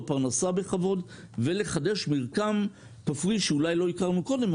פרנסה בכבוד; ולחדש מרקם כפרי שאולי לא הכרנו קודם,